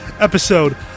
episode